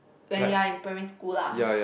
when you are in primary school lah